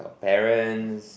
our parents